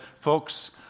folks